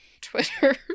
Twitter